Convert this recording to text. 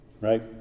Right